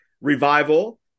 revival